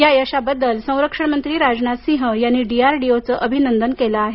या यशासाठी संरक्षण मंत्री राजनाथ सिंह यांनी डीआरडीओचं अभिनंदन केलं आहे